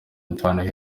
antoine